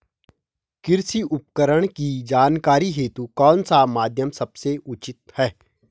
कृषि उपकरण की जानकारी हेतु कौन सा माध्यम सबसे उचित है?